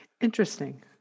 Interesting